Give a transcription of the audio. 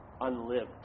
unlived